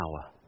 power